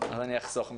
אז אני אחסוך מכם.